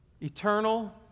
eternal